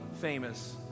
famous